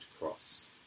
cross